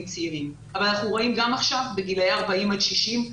צעירים אבל אנחנו רואים גם עכשיו בגילי 40 עד 60,